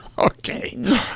Okay